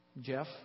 Jeff